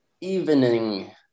evening